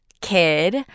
kid